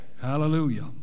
Hallelujah